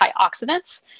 antioxidants